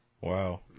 Wow